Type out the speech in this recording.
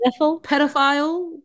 pedophile